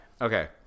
Okay